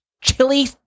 chili